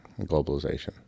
globalization